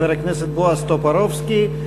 חבר הכנסת בועז טופורובסקי,